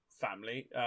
family